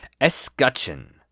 escutcheon